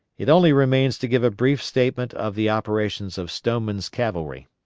it only remains to give a brief statement of the operations of stoneman's cavalry.